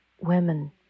women